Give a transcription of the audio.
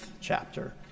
chapter